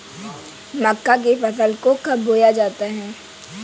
मक्का की फसल को कब बोया जाता है?